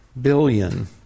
billion